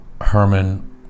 Herman